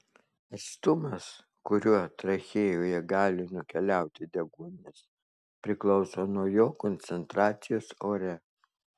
atstumas kuriuo trachėjoje gali nukeliauti deguonis priklauso nuo jo koncentracijos ore